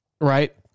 right